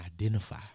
identify